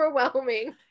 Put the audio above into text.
overwhelming